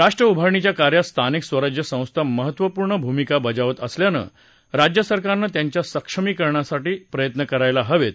राष्ट्र उभारणीच्या कार्यात स्थानिक स्वराज्य संस्था महत्त्वपूर्ण भूमिका बजावत असल्यानं राज्यसरकारनं त्यांच्या सक्षमीकरणासाठी प्रयत्न करायला हवेत